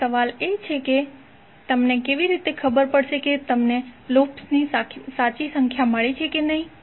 હવે સવાલ એ થશે કે તમને કેવી રીતે ખબર પડશે કે તમને લૂપ્સની સાચી સંખ્યા મળી છે કે નહીં